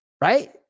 right